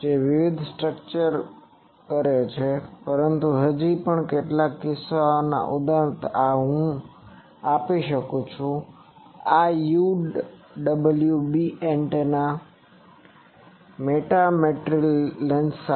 જે વિવિધ સ્ટ્રક્ચર કરે છે પરંતુ હજી પણ કેટલાક કિસ્સાઓમાં ઉદાહરણ તરીકે હું આપી શકું છું કે આ UWB એન્ટેના મેટામેટ્રિયલ લેન્સ સાથે